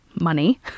money